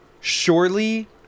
surely